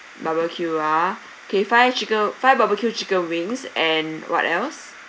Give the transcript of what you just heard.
barbecue ah okay five chicken five barbeque chicken wings and what else